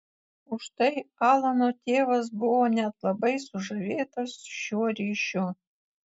užtai alano tėvas buvo net labai sužavėtas šiuo ryšiu